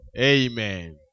Amen